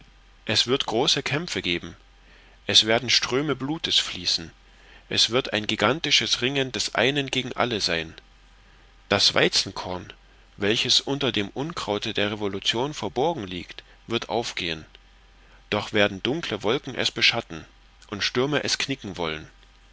es wird große kämpfe geben es werden ströme blutes fließen es wird ein gigantisches ringen des einen gegen alle sein das weizenkorn welches unter dem unkraute der revolution verborgen liegt wird aufgehen doch werden dunkle wolken es beschatten und stürme es knicken wollen